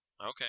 Okay